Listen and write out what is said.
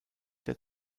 der